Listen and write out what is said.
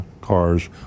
cars